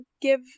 give